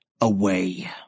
away